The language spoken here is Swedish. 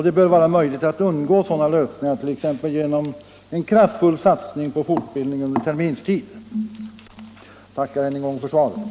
Det bör vara möjligt att undvika sådana lösningar, t.ex. genom en kraftfull satsning på fortbildning under terminstid. Jag tackar ännu en gång för svaret.